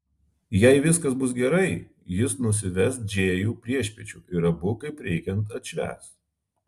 jei viskas bus gerai jis nusives džėjų priešpiečių ir abu kaip reikiant atšvęs